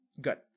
Good